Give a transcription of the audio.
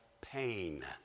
pain